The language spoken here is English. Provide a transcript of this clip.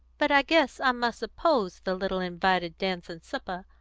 but i guess i must oppose the little invited dance and supper,